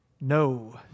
No